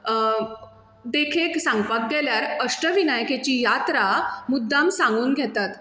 देखीक सांगपाक गेल्यार अष्टविनायकेची यात्रा मुद्दाम सांगून घेतात